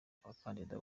abakandida